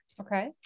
Okay